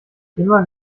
immer